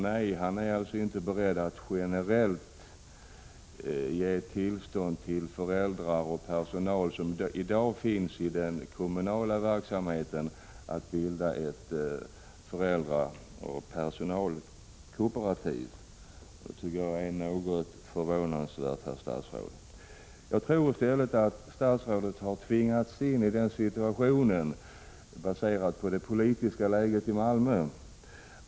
Statsrådet är alltså inte beredd att generellt ge tillstånd till föräldrar och personal som i dag finns i den kommunala verksamheten att bilda ett föräldraoch personalkooperativ. Det tycker jag är något förvånansvärt, herr statsråd. Att statsrådet har tvingats in i den situationen tror jag är baserat på det politiska läget i Malmö.